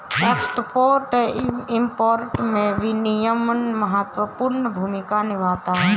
export import में विनियमन महत्वपूर्ण भूमिका निभाता है